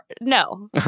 no